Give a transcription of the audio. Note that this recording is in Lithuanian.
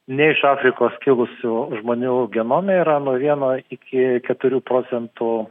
ne iš afrikos kilusių žmonių genome yra nuo vieno iki keturių procentų